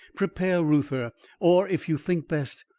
prepare reuther, or, if you think best,